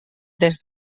des